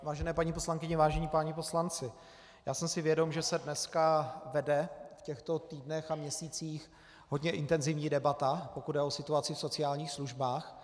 Vážené paní poslankyně, vážení páni poslanci, já jsem si vědom, že se dneska, v těchto týdnech a měsících, vede hodně intenzivní debata, pokud jde o situaci v sociálních službách.